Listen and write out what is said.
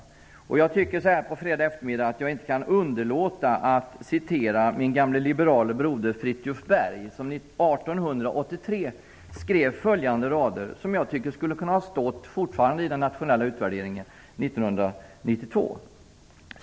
Jag kan inte underlåta att så här på fredagseftermiddagen citera min gamle liberale broder Fridtjuv Berg. Han skrev 1883 följande rader, som jag tycker fortfarande kan finnas med i den nationella utvärderingen 1992.